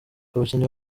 abakinnyi